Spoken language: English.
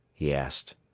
he asked.